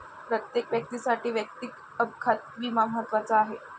प्रत्येक व्यक्तीसाठी वैयक्तिक अपघात विमा महत्त्वाचा आहे